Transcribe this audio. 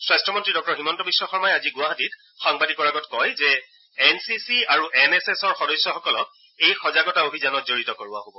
স্বাস্থ্য মন্ত্ৰী ডঃ হিমন্ত বিশ্ব শৰ্মাই আজি গুৱাহাটীত সাংবাদিকৰ আগত কয় যে এন চি চি আৰু এন এছ এছৰ সদস্যসকলক এই সজাগতা অভিযানত জড়িত কৰোৱা হ'ব